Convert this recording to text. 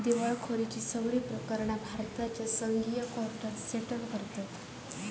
दिवळखोरीची सगळी प्रकरणा भारताच्या संघीय कोर्टात सेटल करतत